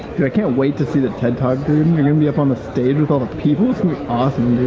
i can't wait to see the ted talk dude i'm gonna be up on the stage with all the people's awesome